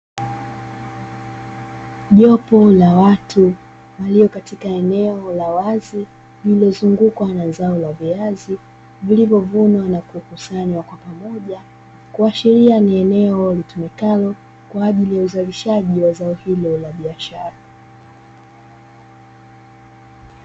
Jopo la watu waliopo katika eneo la wazi, lililozungukwa na zao la viazi vilivyovunwa na kukusanywa kwa pamoja. Kuashiria ni eneo litumikalo kwa uzalishaji zao hilo la biashara.